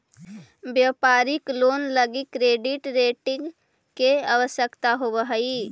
व्यापारिक लोन लगी credit rating के आवश्यकता होवऽ हई